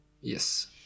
Yes